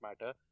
matter